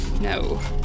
No